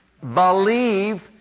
Believe